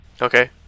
Okay